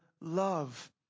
love